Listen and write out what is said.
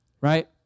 right